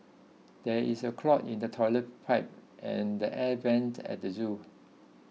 there is a clog in the Toilet Pipe and the Air Vents at the zoo